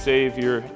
Savior